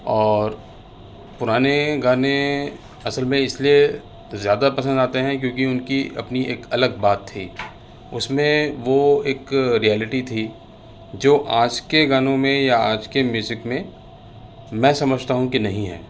اور پرانے گانے اصل میں اس لیے زیادہ پسند آتے ہیں کیونکہ ان کی اپنی ایک الگ بات تھی اس میں وہ ایک ریالٹی تھی جو آج کے گانوں میں یا آج کے میوزک میں میں سمجھتا ہوں کہ نہیں ہے